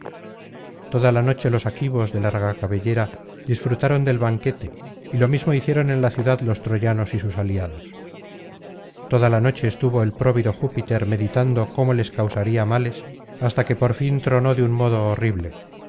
toda la noche los aquivos de larga cabellera disfrutaron del banquete y lo mismo hicieron en la ciudad los troyanos y sus aliados toda la noche estuvo el próvido júpiter meditando cómo les causaría males hasta que por fin tronó de un modo horrible